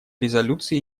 резолюции